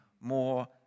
more